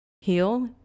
heal